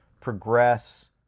progress